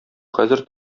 хәзер